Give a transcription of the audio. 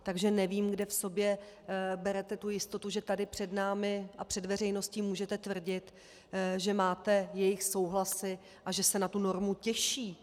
Takže nevím, kde v sobě berete tu jistotu, že tady před námi a před veřejností můžete tvrdit, že máte jejich souhlasy a že se na tu normu těší.